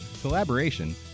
collaboration